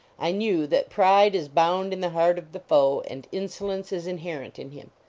i knew that pride is bound in the heart of the foe, and insolence is in herent in him.